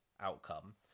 outcome